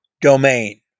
domain